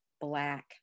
black